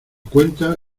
cuenta